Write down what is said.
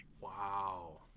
Wow